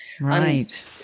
Right